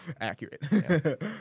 Accurate